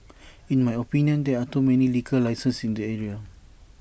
in my opinion there are too many liquor licenses in the area